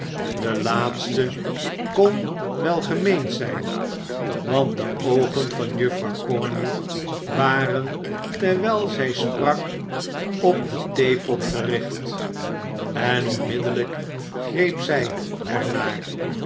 de laatste kon wel gemeend zijn want de oogen van juffrouw corney waren terwijl zij sprak op den theepot gericht en onmiddellijk greep zij